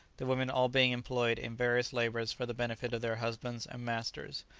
the women all being employed in various labours for the benefit of their husbands and masters.